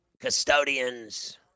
custodians